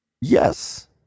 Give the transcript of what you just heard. Yes